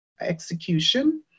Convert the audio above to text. execution